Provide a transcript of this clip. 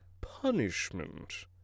Punishment